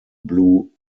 blue